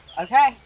Okay